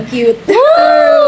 cute